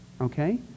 okay